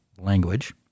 language